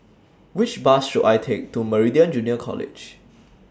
Which Bus should I Take to Meridian Junior College